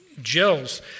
gels